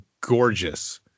gorgeous